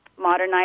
modernize